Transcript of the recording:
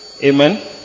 Amen